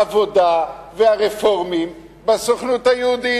העבודה והרפורמים בסוכנות היהודית.